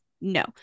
No